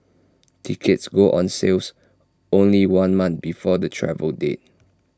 tickets go on sales only one month before the travel date